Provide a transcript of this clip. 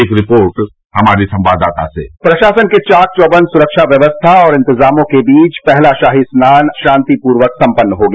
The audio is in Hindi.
एक रिपोर्ट हमारे संवाददाता से प्रशासन के चाकचौबन्द सुरक्षा व्यवस्था और इंतजामों के बीच पहला शाही स्नान शानतिपूर्वक सम्पन्न हो गया